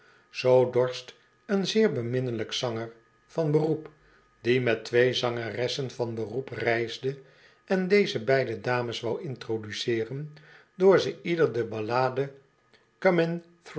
zoo dorst een zeer beminnelijk zanger van beroep die met twee zangeressen van beroep reisde en deze beide dames wou introduceeren door ze ieder de ballade